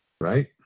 Right